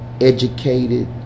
educated